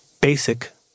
basic